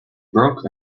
broke